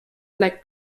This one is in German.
black